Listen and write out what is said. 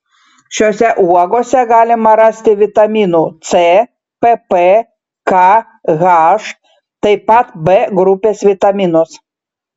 šiose uogose galima rasti vitaminų c pp k h taip pat b grupės vitaminus